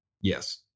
Yes